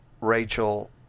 rachel